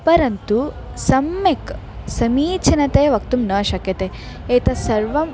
परन्तु सम्यक् समीचीनतया वक्तुं न शक्यते एतत् सर्वम्